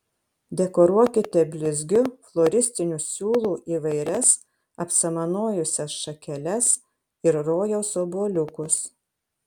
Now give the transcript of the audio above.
dekoruokite blizgiu floristiniu siūlu įvairias apsamanojusias šakeles ir rojaus obuoliukus